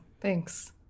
thanks